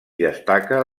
destaca